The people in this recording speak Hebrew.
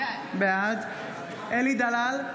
בעד אלי דלל,